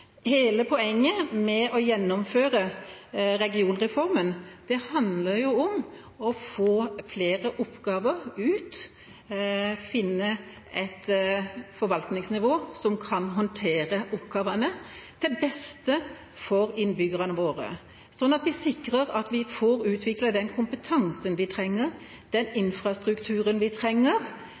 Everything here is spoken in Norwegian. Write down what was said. Hele poenget med å gjennomføre regionreformen er å få flere oppgaver ut, finne et forvaltningsnivå som kan håndtere oppgavene til det beste for innbyggerne våre, sånn at vi sikrer at vi får utviklet den kompetansen vi trenger, den infrastrukturen vi trenger,